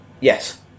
Yes